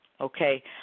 okay